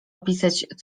opisać